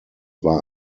war